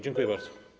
Dziękuję bardzo.